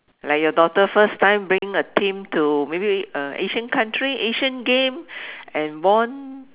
like your daughter first time bringing a team to maybe a Asian country Asian game and won